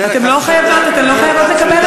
אתן לא חייבות לקבל את זה.